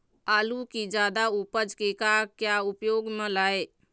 आलू कि जादा उपज के का क्या उपयोग म लाए?